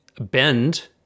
bend